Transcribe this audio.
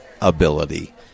ability